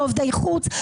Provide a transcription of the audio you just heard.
בעובדי חוץ,